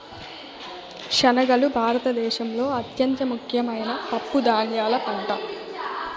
శనగలు భారత దేశంలో అత్యంత ముఖ్యమైన పప్పు ధాన్యాల పంట